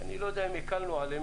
אני לא יודע אם הקלנו עליהם.